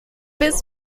bis